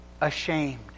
ashamed